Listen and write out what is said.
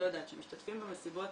שמשתתפים במסיבות